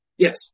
Yes